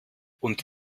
und